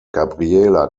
gabriela